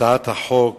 הצעת החוק